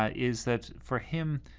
ah is that for him,